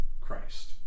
Christ